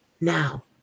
Now